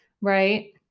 Right